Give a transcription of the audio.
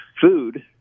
food